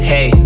Hey